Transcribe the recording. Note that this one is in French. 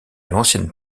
l’ancienne